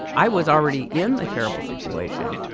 i was already in a terrible situation.